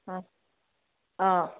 ꯑꯥ ꯑꯥ